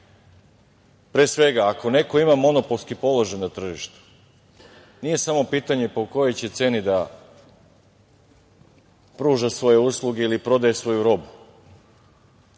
Pre svega, ako neko ima monopolski položaj na tržištu, nije samo pitanje po kojoj će ceni da pruža svoje usluge ili prodaje svoju robu